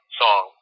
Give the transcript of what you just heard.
song